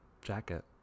jacket